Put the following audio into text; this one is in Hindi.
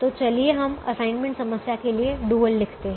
तो चलिए हम असाइनमेंट समस्या के लिए डुअल लिखते हैं